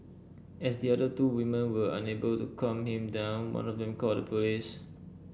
as the other two women were unable to calm him down one of them called the police